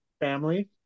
family